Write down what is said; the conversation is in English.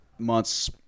months